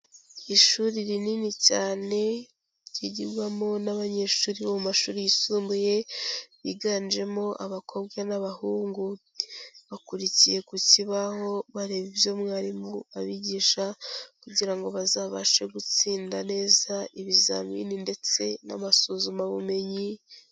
Ishuri rinini cyane ryigirwamo n'abanyeshuri bo mu mashuri yisumbuye biganjemo abakobwa n'abahungu. Bakurikiye ku kibaho bareba ibyo mwarimu abigisha kugira ngo ngo bazabashe gutsinda neza ibizamini ndetse n'amasuzumabumenyi.